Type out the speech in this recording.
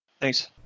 Thanks